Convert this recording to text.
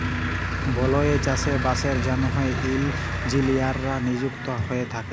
বলেযে চাষে বাসের জ্যনহে ইলজিলিয়াররা লিযুক্ত থ্যাকে